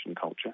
culture